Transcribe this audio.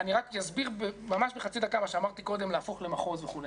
אני רק אסביר בחצי דקה את מה שאמרתי קודם להפוך למחוז וכו'.